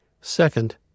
Second